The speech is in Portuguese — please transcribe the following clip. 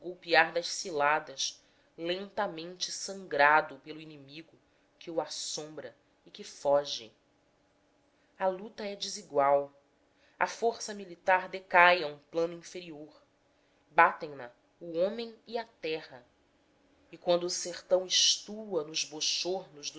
das ciladas lentamente sangrado pelo inimigo que o assombra e que foge a luta é desigual a força militar decai a um plano inferior batem na o homem e a terra e quando o sertão estua nos